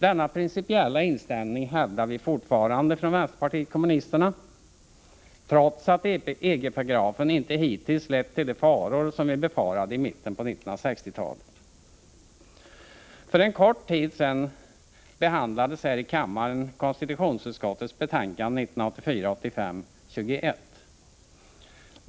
Denna principiella inställning hävdar vi fortfarande från vänsterpartiet kommunisterna, trots att EG-paragrafen hittills inte lett till de faror som vi befarade i mitten av 1960-talet. För en kort tid sedan behandlades här i kammaren konstitutionsutskottets betänkande 1984/85:21.